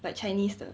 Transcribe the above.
but chinese 的